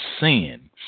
sin